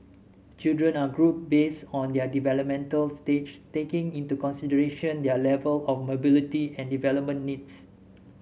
children are grouped based on their developmental stage taking into consideration their level of mobility and development needs